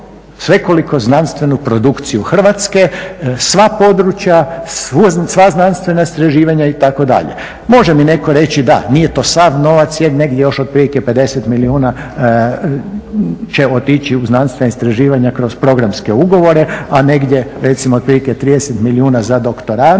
svekoliko znanstvenu produkciju Hrvatske, sva područja, sva znanstvena istraživanja itd. Može mi netko reći, da nije to sav novac jer negdje još otprilike 50 milijuna će otići u znanstvena istraživanja kroz programske ugovore, a negdje recimo otprilike 30 milijuna za doktorante